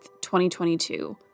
2022